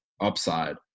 upside